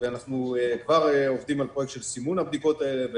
ואנחנו כבר עובדים על פרויקט סימון הבדיקות האלה,